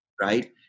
right